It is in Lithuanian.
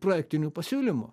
projektinių pasiūlymų